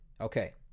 Okay